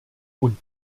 und